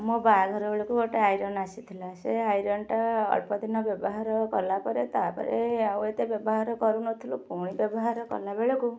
ମୋ ବାହାଘର ବେଳକୁ ଗୋଟେ ଆଇରନ୍ ଆସିଥିଲା ସେ ଆଇରନ୍ଟା ଅଳ୍ପଦିନ ବ୍ୟବହାର କଲା ପରେ ତା'ପରେ ଆଉ ଏତେ ବ୍ୟବହାର କରୁନଥିଲୁ ପୁଣି ବ୍ୟବହାର କଲାବେଳକୁ